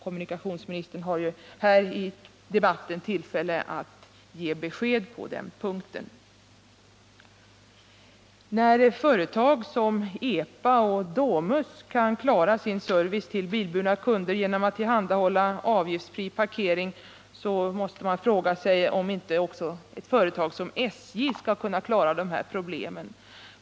Kommuniktionsministern har ju tillfälle att i den här debatten ge besked på den punkten. När företag som Epa och Domus kan klara sin service till bilburna kunder genom att tillhandahålla avgiftsfri parkering, måste man fråga sig om inte också ett företag som SJ skall kunna lösa dessa problem.